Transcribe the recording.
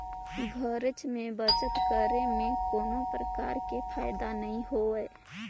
घरेच में बचत करे में कोनो परकार के फायदा नइ होय